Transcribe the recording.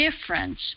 difference